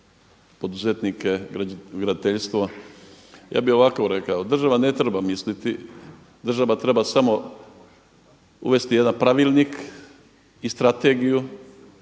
poduzetnike graditeljstva. Ja bih ovako rekao, država ne treba misliti, država treba samo uvesti jedan pravilnik i strategiju